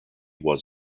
was